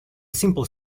simple